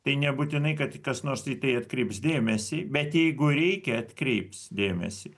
tai nebūtinai kad kas nors į tai atkreips dėmesį bet jeigu reikia atkreips dėmesį